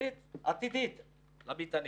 תוכנית עתידית למטענים.